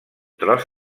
tros